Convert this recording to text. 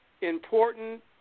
important